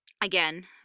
again